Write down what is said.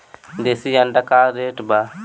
देशी अंडा का रेट बा?